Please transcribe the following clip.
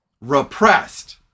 repressed